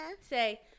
Say